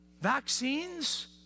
Vaccines